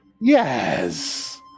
Yes